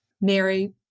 Mary